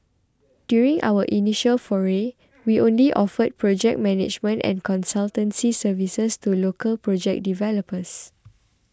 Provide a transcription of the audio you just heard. during our initial foray we only offered project management and consultancy services to local project developers